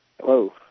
Hello